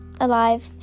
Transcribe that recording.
alive